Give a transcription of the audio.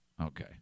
Okay